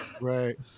Right